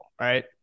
right